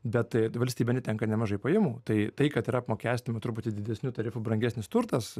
bet valstybė netenka nemažai pajamų tai tai kad yra apmokestinama truputį didesniu tarifu brangesnis turtas